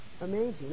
Amazing